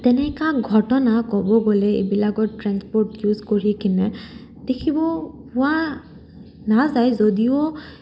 তেনেকা ঘটনা ক'ব গ'লে এইবিলাকত ট্ৰেন্সপৰ্ট ইউজ কৰি কিনে দেখিব পোৱা নাযায় যদিও